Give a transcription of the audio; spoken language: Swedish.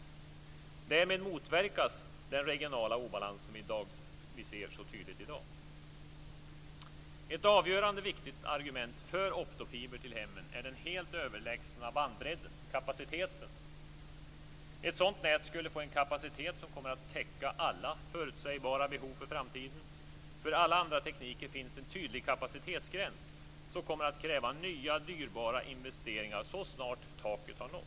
Därmed motverkas den regionala obalans som vi ser så tydligt i dag. Ett avgörande viktigt argument för optofiber till hemmen är den helt överlägsna bandbredden/kapaciteten. Ett optofibernät skulle få en kapacitet som kommer att täcka alla förutsägbara behov för framtiden. För alla andra tekniker finns en tydlig kapacitetsgräns, som kommer att kräva nya dyrbara investeringar så snart taket har nåtts.